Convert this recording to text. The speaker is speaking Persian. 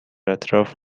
اطراف